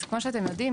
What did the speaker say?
כמו שאתם יודעים,